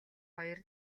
хоёр